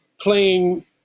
playing